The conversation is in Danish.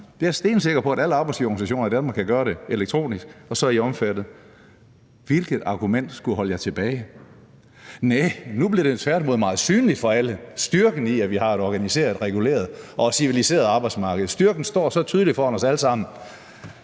elektronisk hos alle arbejdsgiverorganisationer i Danmark, og så er de jo omfattet. Hvilket argument skulle holde dem tilbage? Næh, nu bliver den tværtimod meget synlig for alle, nemlig styrken i, at vi har et organiseret, reguleret og civiliseret arbejdsmarked. Styrken er så tydelig for os alle sammen,